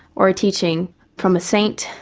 or a teaching from a saint,